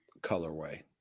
colorway